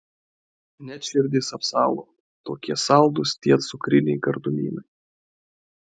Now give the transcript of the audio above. net širdis apsalo tokie saldūs tie cukriniai gardumynai